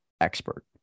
expert